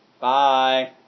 Bye